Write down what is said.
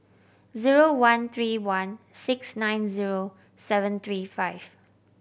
zero one three one six nine zero seven three five